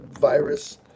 virus